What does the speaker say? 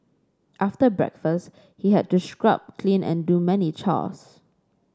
after breakfast he had to scrub clean and do many chores